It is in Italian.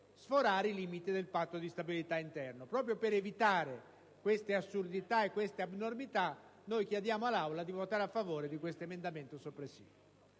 sforare i limiti del Patto di stabilità interno. Proprio per evitare queste assurdità e abnormità, chiediamo all'Aula di votare a favore di questo emendamento soppressivo.